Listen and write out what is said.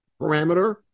parameter